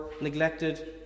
neglected